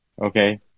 Okay